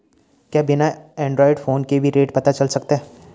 क्या बिना Android phone के भी रेट पता चल सकता है?